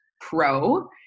pro